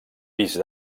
vist